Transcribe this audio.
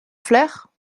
flair